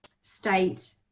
state